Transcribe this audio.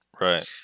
Right